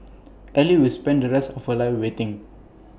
ally will spend the rest for life waiting